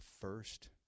first